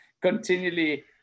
continually